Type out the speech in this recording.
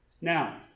now